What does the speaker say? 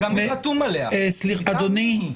אדוני,